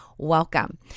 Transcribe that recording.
welcome